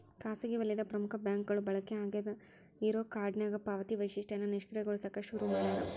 ಖಾಸಗಿ ವಲಯದ ಪ್ರಮುಖ ಬ್ಯಾಂಕ್ಗಳು ಬಳಕೆ ಆಗಾದ್ ಇರೋ ಕಾರ್ಡ್ನ್ಯಾಗ ಪಾವತಿ ವೈಶಿಷ್ಟ್ಯನ ನಿಷ್ಕ್ರಿಯಗೊಳಸಕ ಶುರು ಮಾಡ್ಯಾರ